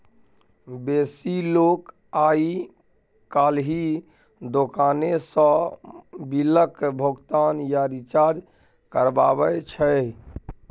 बेसी लोक आइ काल्हि दोकाने सँ बिलक भोगतान या रिचार्ज करबाबै छै